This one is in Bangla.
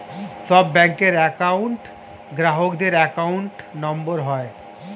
সব ব্যাঙ্কের একউন্ট গ্রাহকদের অ্যাকাউন্ট নম্বর হয়